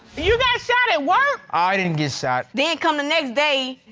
you got shot at work? i didn't get shot. then come the next day,